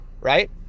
right